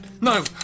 No